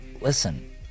Listen